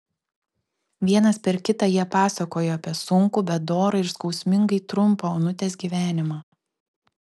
vienas per kitą jie pasakojo apie sunkų bet dorą ir skausmingai trumpą onutės gyvenimą